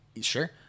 sure